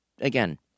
again